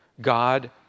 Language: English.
God